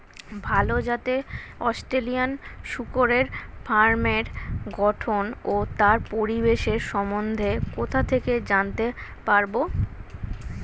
ভাল জাতের অস্ট্রেলিয়ান শূকরের ফার্মের গঠন ও তার পরিবেশের সম্বন্ধে কোথা থেকে জানতে পারবো?